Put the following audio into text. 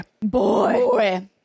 boy